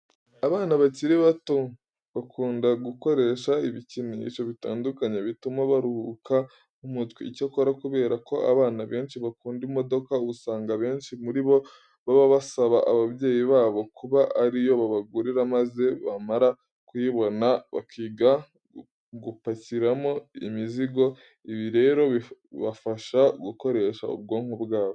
Abana bakiri bato bakunda gukoresha ibikinisho bitandukanye bituma baruhuka mu mutwe. Icyakora kubera ko abana benshi bakunda imodoka, usanga abenshi muri bo baba basaba ababyeyi babo kuba ari yo babagurira maze bamara kuyibona bakiga gupakiramo imizigo. Ibi rero bibafasha gukoresha ubwonko bwabo.